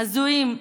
הזויים,